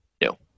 No